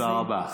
תודה רבה.